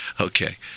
Okay